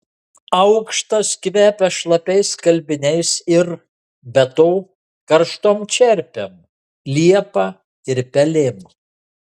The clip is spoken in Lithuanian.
aukštas kvepia šlapiais skalbiniais ir be to karštom čerpėm liepa ir pelėm